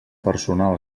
personal